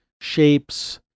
shapes